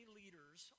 leaders